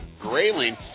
Grayling